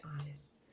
honest